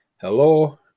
Hello